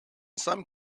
some